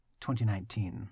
2019